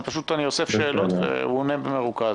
פשוט אני אוסף שאלות והוא עונה במרוכז.